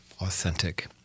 authentic